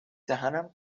دهنم